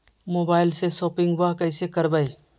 मोबाइलबा से शोपिंग्बा कैसे करबै?